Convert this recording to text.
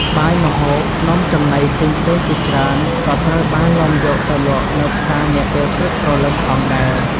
បាយ ម្ហូប នំចំណីផ្សេងៗជាច្រើនក៏ត្រូវបាននាំយកទៅលក់នៅផ្សារនាពេលព្រឹកព្រលឹមផងដែរ។